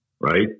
Right